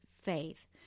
faith